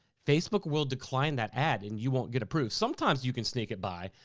facebook will decline that ad and you won't get approved. sometimes you can sneak it by,